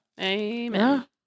Amen